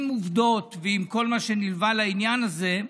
עם עובדות ועם כל מה שנלווה לעניין הזה,